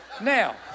Now